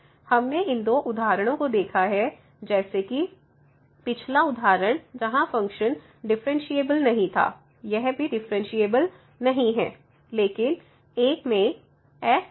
हमने इन दो उदाहरणों को देखा है जैसे की पिछला उदाहरण जहां फ़ंक्शन डिफ़्फ़रेनशियेबल नहीं था यह भी डिफ़्फ़रेनशियेबल नहीं है